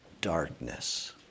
darkness